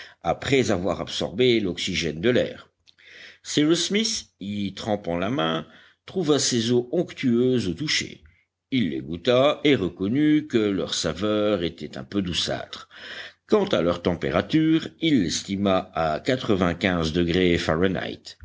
après avoir absorbé l'oxygène de l'air cyrus smith y trempant la main trouva ces eaux onctueuses au toucher il les goûta et reconnut que leur saveur était un peu douceâtre quant à leur température il l'estima à quatre-vingtquinze degrés fahrenheit